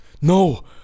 No